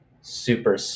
super